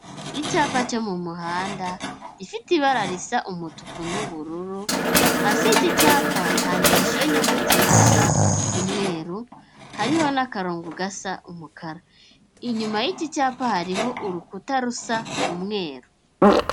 Icyapa cyo mu muhanda gifite ibara risa umutuku n'ubururu, hasi y'iki cyapa handikishijeho inyuguti zisa umweru, hariho n'akarongo gasa umukara. Inyuma y'iki cyapa hariho urukuta rusa umweru.